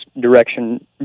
direction